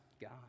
God